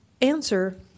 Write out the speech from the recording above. answer